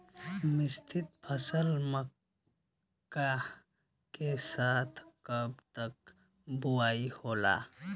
मिश्रित फसल मक्का के साथ कब तक बुआई होला?